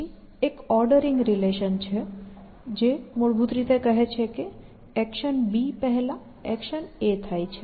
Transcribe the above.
પછી એક ordering relation છે જે મૂળભૂત રીતે કહે છે કે એક્શન B પહેલાં એક્શન A થાય છે